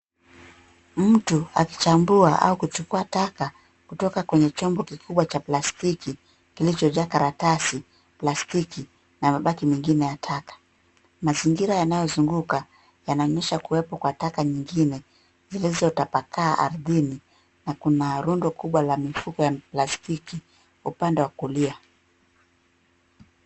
Mtu akichambua au kuchukua taka kutoka kwenye chombo kikubwa cha plastiki kilichojaa karatasi, plastiki na mabaki mengine ya taka. Mazingira yanayozunguka yanaonyesha kuwepo kwa taka nyingine zilizotapakaa ardhini na kuna rundo kubwa la mifuko ya plastiki upande wa kulia.